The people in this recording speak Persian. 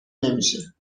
نمیشه